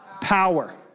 power